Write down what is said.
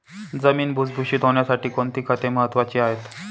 जमीन भुसभुशीत होण्यासाठी कोणती खते महत्वाची आहेत?